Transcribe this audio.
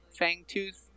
fangtooth